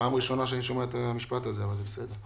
פעם ראשונה שאני שומע את המשפט הזה אבל זה בסדר.